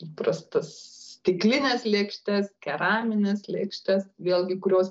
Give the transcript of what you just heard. įprastas stiklines lėkštes keramines lėkštes vėlgi kurios